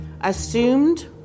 assumed